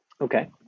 Okay